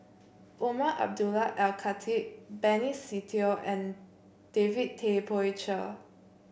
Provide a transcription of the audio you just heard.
Umar Abdullah Al Khatib Benny Se Teo and David Tay Poey Cher